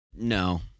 No